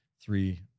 three